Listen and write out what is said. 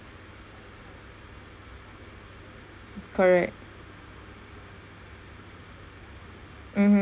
correct mmhmm